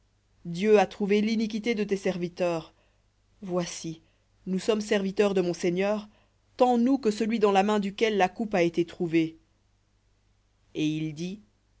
dieu a trouvé l'iniquité de tes serviteurs voici nous sommes serviteurs de mon seigneur tant nous que celui dans la main duquel la coupe a été trouvée et il dit